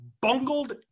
bungled